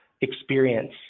experience